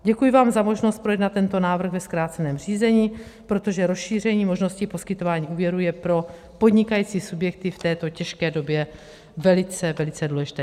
Děkuji vám za možnost projednat tento návrh ve zkráceném řízení, protože rozšíření možnosti poskytování úvěru je pro podnikající subjekty v této těžké době velice, velice důležité.